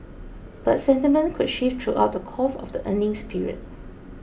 but sentiment could shift throughout the course of the earnings period